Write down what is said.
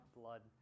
blood